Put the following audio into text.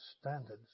standards